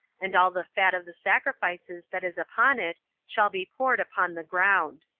and all the fat of the sacrifices that is upon it shall be poured upon the ground.